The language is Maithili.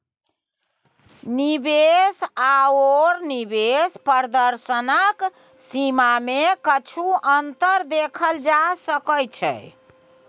निवेश आओर निवेश प्रदर्शनक सीमामे किछु अन्तर देखल जा सकैत छै